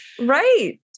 Right